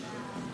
58 נגד.